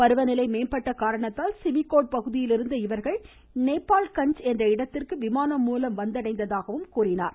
பருவநிலை மேம்பட்ட காரணத்தால் சிமிக்கோட் பகுதியில் இருந்த இவர்கள் நேபாள்கஞ்ச் என்ற இடத்திற்கு விமானம் மூலம் வந்தடைந்ததாக கூறினார்